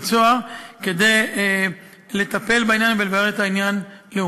"צהר" כדי לטפל בעניין ולברר אותו לעומקו.